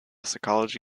psychology